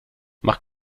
mach